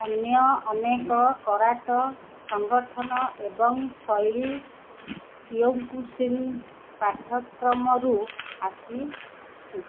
ଅନ୍ୟ ଅନେକ କରାଟେ ସଙ୍ଗଠନ ଏବଂ ଶୈଳୀ କିଓକୁଶିନ୍ ପାଠ୍ୟକ୍ରମରୁ ଆସିଛି